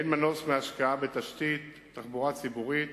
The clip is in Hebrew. אין מנוס מהשקעה בתשתית תחבורה ציבורית